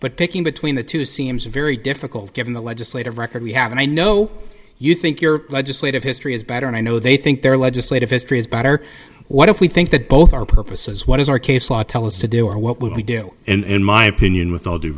picking between the two seems a very difficult given the legislative record we have and i know you think your legislative history is better and i know they think their legislative history is better what if we think that both our purposes what is our case law tell us to do or what we do and my opinion with all due